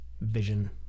vision